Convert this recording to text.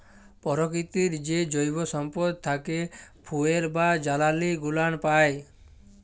পরকিতির যে জৈব সম্পদ থ্যাকে ফুয়েল বা জালালী গুলান পাই